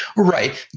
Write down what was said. right.